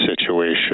situation